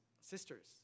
sisters